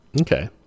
Okay